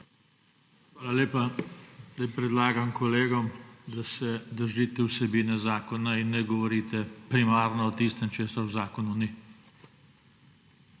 Hvala lepa. Sedaj predlagam kolegom, da se držite vsebine zakona in ne govorite primarno o tistem, česar v zakonu ni.